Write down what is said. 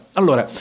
allora